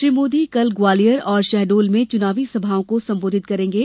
श्री मोदी कल ग्वालियर और शहडोल में चुनावी सभाओं को संबोधित करेंगे